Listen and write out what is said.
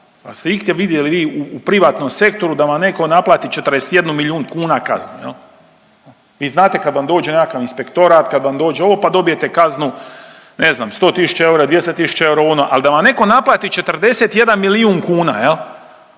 jeste igdje vidjeli vi u privatnom sektoru da vam netko naplati 41 milijun kuna kaznu, je li? Vi znate kad vam dođe nekakav inspektorat, kad vam dođe ovo pa dobijete kaznu, ne znam, 100 tisuća eura, 200 tisuća eura, ali da vam netko naplati 41 milijun kuna, je